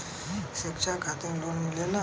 शिक्षा खातिन लोन मिलेला?